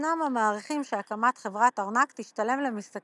ישנם המעריכים שהקמת חברת ארנק תשתלם למשתכרים